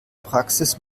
praxis